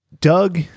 Doug